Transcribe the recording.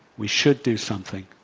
we should do something,